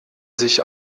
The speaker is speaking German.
sich